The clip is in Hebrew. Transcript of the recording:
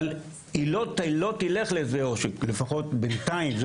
אבל היא לא תלך לזה או שלפחות בינתיים,